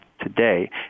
today